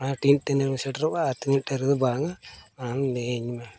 ᱟᱨ ᱛᱤᱱ ᱛᱤᱱᱨᱮᱢ ᱥᱮᱴᱮᱨᱚᱜᱼᱟ ᱛᱤᱱᱟᱹᱜ ᱨᱮᱫᱚ ᱵᱟᱝᱟ ᱚᱱᱟ ᱦᱚᱸ ᱞᱟᱹᱭᱟᱹᱧ ᱢᱮ